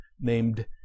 named